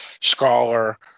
scholar